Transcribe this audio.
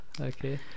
Okay